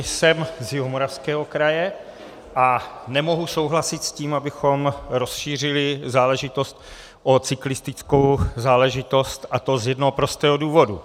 Jsem z Jihomoravského kraje a nemohu souhlasit s tím, abychom rozšířili záležitost o cyklistickou záležitost, a to z jednoho prostého důvodu.